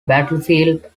battlefield